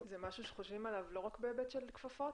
זה משהו שחושבים עליו לא רק בהיבט של כפפות?